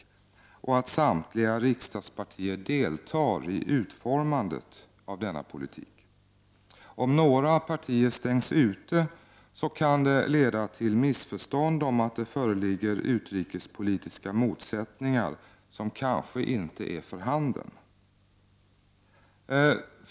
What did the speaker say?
Det är viktigt att samtliga riksdagspartier deltar i utformandet av denna politik. Om några partier stängs ute kan det leda till missförstånd om att det föreligger utrikespolitiska motsättningar som kanske inte är för handen.